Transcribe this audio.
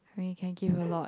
we can give a lot